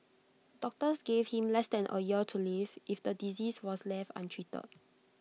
doctors gave him less than A year to live if the disease was left untreated